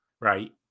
right